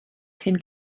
cyn